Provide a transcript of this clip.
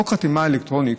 חוק חתימה אלקטרונית,